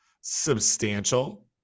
substantial